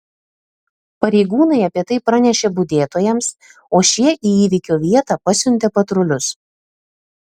pareigūnai apie tai pranešė budėtojams o šie į įvykio vietą pasiuntė patrulius